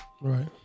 Right